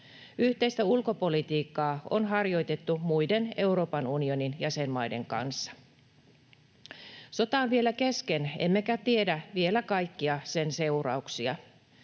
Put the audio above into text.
Yhteistä ulkopolitiikkaa on harjoitettu muiden Euroopan unionin jäsenmaiden kanssa. Sota on vielä kesken, emmekä tiedä vielä kaikkia sen seurauksia.